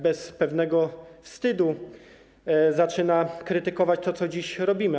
Bez pewnego wstydu zaczyna krytykować to, co dziś robimy.